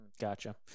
Gotcha